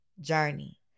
journey